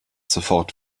sofort